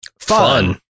Fun